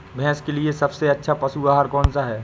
भैंस के लिए सबसे अच्छा पशु आहार कौन सा है?